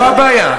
זו הבעיה.